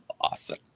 awesome